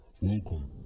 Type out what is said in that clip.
Welcome